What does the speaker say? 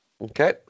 Okay